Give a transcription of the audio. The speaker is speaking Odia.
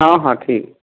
ହଁ ହଁ ଠିକ୍